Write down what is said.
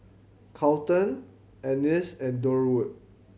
Carlton Annis and Durwood